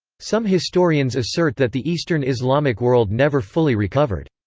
some historians assert that the eastern islamic world never fully recovered.